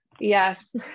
Yes